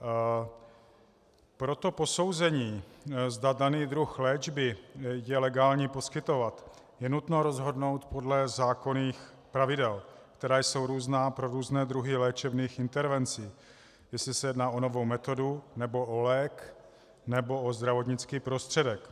Pro to posouzení, zda daný druh léčby je legální poskytovat, je nutno rozhodnout podle zákonných pravidel, která jsou různá pro různé druhy léčebných intervencí, jestli se jedná o novou metodu, nebo o lék, nebo o zdravotnický prostředek.